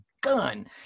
gun